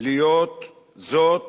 להיות זאת